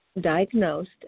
diagnosed